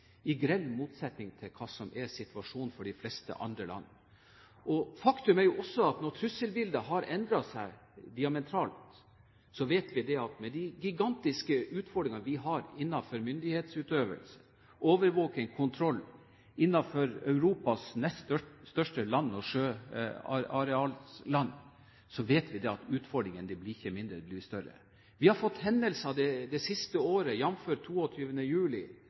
i grell motsetning til hva som er situasjonen for de fleste andre land. Faktum er jo også at når trusselbildet har endret seg diametralt, vet vi at med de gigantiske utfordringer vi har innenfor myndighetsutøvelse, overvåking og kontroll innenfor Europas nest største sjøarealsland, blir utfordringene ikke mindre, de blir større. Vi har hatt hendelser det siste året, jf. 22. juli, som viser at vi